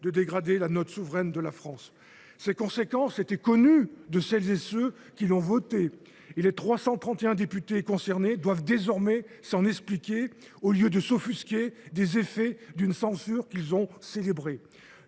de dégrader la note souveraine de la France. Ces conséquences étaient connues de celles et de ceux qui ont voté la motion. Les 331 députés concernés doivent désormais s’en expliquer, au lieu de s’offusquer des effets d’une censure qu’ils ont célébrée.